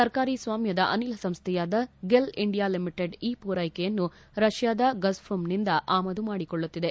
ಸರ್ಕಾರಿ ಸ್ವಾಮ್ಯದ ಅನಿಲ ಸಂಸ್ವೆಯಾದ ಗೆಲ್ಇಂಡಿಯಾ ಲಿಮಿಟೆಡ್ ಈ ಪೂರ್ವೆಕೆಯನ್ನು ರಷ್ಯಾದ ಗಜ್ಪ್ರೊಂನಿಂದ ಆಮದು ಮಾಡಿಕೊಳ್ಳುತ್ತಿದೆ